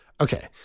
Okay